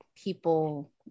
people